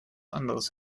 anderes